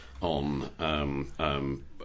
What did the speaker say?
on